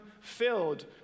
filled